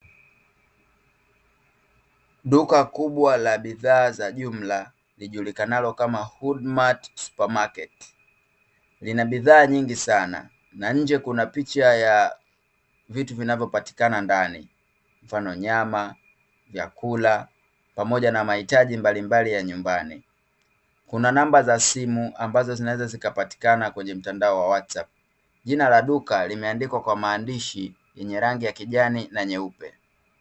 Duka kubwa la bidhaa za jumla lijulikanalo kama HoodMart Supermarket. Lina bidhaa nyingi sana. Na nje kuna picha ya vitu vinavyopatikana ndani mfano nyama, vyakula pamoja na mahitaji mbalimbali ya nyumbani. Kuna namba za simu ambazo zinaweza zikapatikana kwenye mtandao wa WhatsApp. Jina la duka limeandikwa kwa maandishi yenye rangi ya kijani na nyeupe.